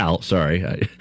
sorry